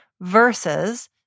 versus